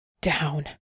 down